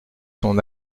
son